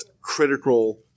critical